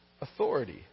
authority